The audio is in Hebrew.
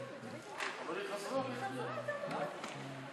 עשר דקות לרשותך.